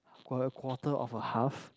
qua~ quarter of a half